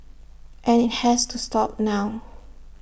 and IT has to stop now